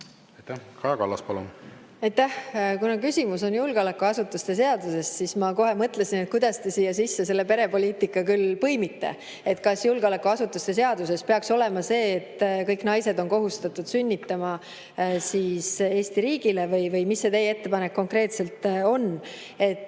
Kaja Kallas, palun!